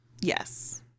Yes